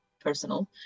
personal